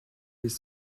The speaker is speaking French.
des